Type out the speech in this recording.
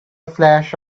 flash